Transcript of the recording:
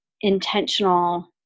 intentional